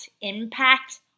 impact